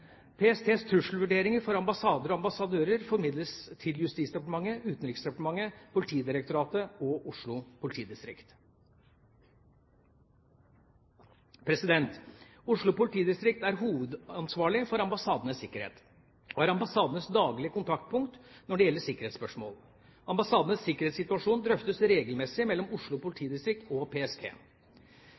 PSTs trusselvurderinger for ambassader og ambassadører formidles til Justisdepartementet, Utenriksdepartementet, Politidirektoratet og Oslo politidistrikt. Oslo politidistrikt er hovedansvarlig for ambassadenes sikkerhet og er ambassadenes daglige kontaktpunkt når det gjelder sikkerhetsspørsmål. Ambassadenes sikkerhetssituasjon drøftes regelmessig mellom Oslo politidistrikt og PST.